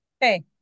Hey